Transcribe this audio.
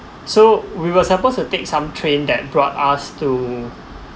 so we were supposed to take some train that brought us to